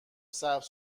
سبز